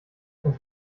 uns